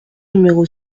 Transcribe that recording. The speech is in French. numéro